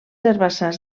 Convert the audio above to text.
herbassars